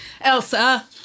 Elsa